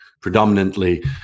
predominantly